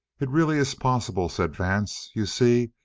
it really is possible, said vance. you see,